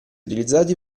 utilizzati